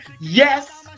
Yes